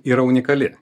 yra unikali